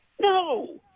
No